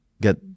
get